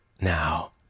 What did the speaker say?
now